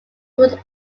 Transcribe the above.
would